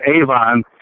Avon